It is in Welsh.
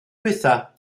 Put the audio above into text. diwethaf